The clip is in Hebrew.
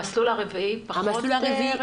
המסלול הרביעי פחות רלוונטי?